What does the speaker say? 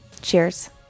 Cheers